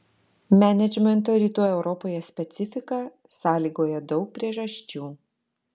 menedžmento rytų europoje specifiką sąlygoja daug priežasčių